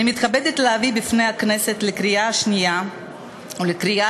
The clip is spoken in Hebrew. אני מתכבדת להביא בפני הכנסת לקריאה שנייה ולקריאה